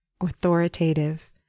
authoritative